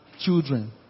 children